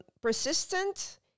persistent